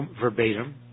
verbatim